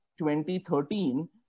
2013